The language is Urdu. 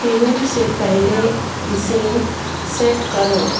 ایونٹ سے پہلے اسے سیٹ کرو